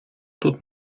тут